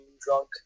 drunk